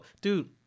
dude